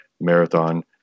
Marathon